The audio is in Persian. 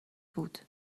بود